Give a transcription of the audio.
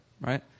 right